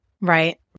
Right